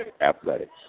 Athletics